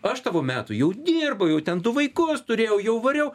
o aš tavo metų jau dirbu jau ten du vaikus turėjau jau variau